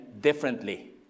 differently